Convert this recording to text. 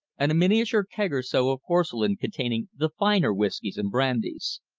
and a miniature keg or so of porcelain containing the finer whiskys and brandies.